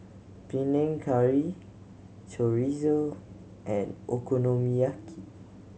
Panang Curry Chorizo and Okonomiyaki